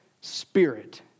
Spirit